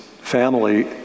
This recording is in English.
family